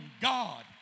God